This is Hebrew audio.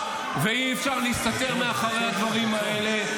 אי-אפשר להסתתר מאחורי הדברים האלה,